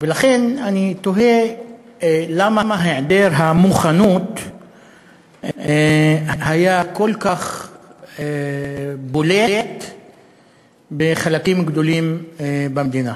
ולכן אני תוהה למה היעדר המוכנות היה כל כך בולט בחלקים גדולים במדינה,